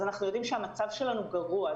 אז אנחנו יודעים שהמצב שלנו גרוע.